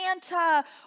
Santa